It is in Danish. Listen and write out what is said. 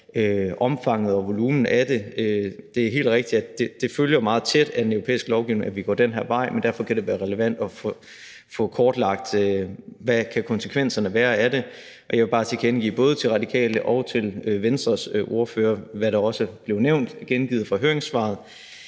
omfanget og volumenen af det. Det er helt rigtigt, at det følger meget tæt af den europæiske lovgivning, at vi går den her vej, men derfor kan det være relevant at få kortlagt, hvad konsekvenserne af det kan være. Og jeg vil bare tilkendegive både over for De Radikales og Venstres ordfører, hvad der også blev nævnt og gengivet fra høringssvaret,